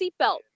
seatbelt